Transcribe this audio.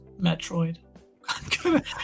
Metroid